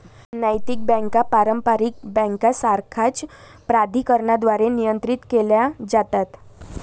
नैतिक बँका पारंपारिक बँकांसारख्याच प्राधिकरणांद्वारे नियंत्रित केल्या जातात